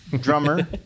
drummer